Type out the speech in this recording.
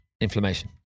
inflammation